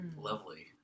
lovely